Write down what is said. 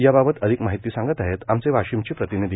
याबाबत अधिक माहिती सांगत आहेत आमचे वाशिमचे प्रतिनीधी